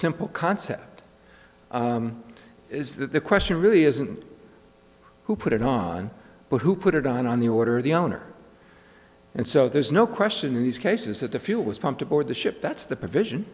simple concept is that the question really isn't who put it on but who put it on the order of the owner and so there's no question in these cases that the fuel was pumped aboard the ship that's the provision